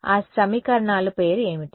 ఆ సమీకరణాలు పేరు ఏమిటి